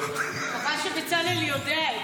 אני מקווה שבצלאל יודע את